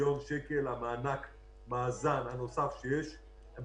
מיליון שקל למענק האיזון הנוסף שיש,